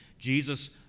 Jesus